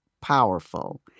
powerful